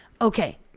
okay